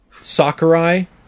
Sakurai